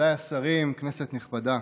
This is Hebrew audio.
מכובדיי השרים, כנסת נכבדה,